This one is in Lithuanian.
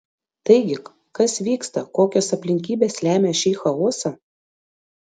taigi kas vyksta kokios aplinkybės lemia šį chaosą